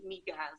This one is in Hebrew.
מגז